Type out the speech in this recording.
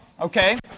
Okay